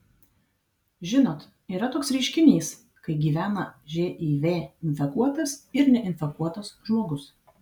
žinot yra toks reiškinys kai gyvena živ infekuotas ir neinfekuotas žmogus